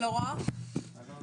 אלון